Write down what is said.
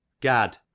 Gad